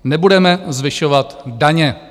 Nebudeme zvyšovat daně.